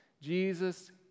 Jesus